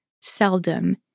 seldom